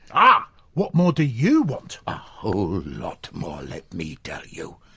um what more do you want? a whole lot more, let me tell you!